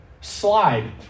slide